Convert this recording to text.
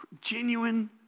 Genuine